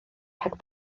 rhag